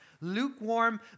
lukewarm